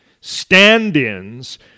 stand-ins